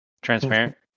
transparent